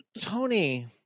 Tony